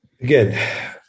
Again